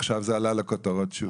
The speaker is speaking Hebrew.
עכשיו זה עלה לכותרות שוב.